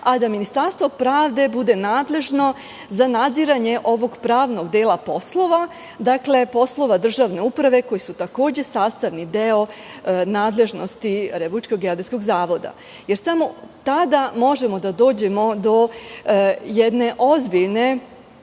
a da Ministarstvo pravde bude nadležno za nadziranje ovog pravnog dela poslova, poslova državne uprave koji su takođe sastavni deo nadležnosti RGZ. Samo tada možemo da dođemo do jedne ozbiljne